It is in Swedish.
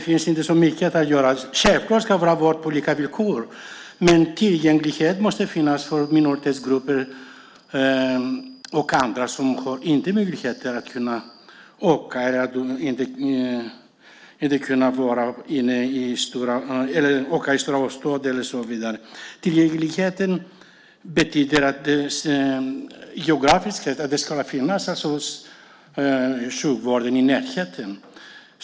Fru talman! Självklart ska det vara vård på lika villkor, men det måste finnas tillgänglighet för minoritetsgrupper och andra som inte har möjlighet att åka till innerstaden. Tillgänglighet betyder att det geografiskt sett ska finnas sjukvård i närheten.